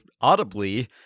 audibly